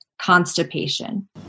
constipation